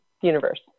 universe